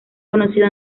conocido